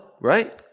right